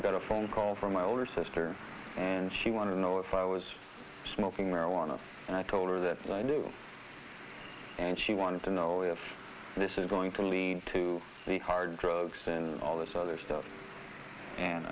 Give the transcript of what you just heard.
i got a phone call from my older sister and she wanted to know if i was smoking marijuana and i told her that i knew and she wanted to know if this is going for mean to me hard drugs and all this other stuff and